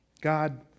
God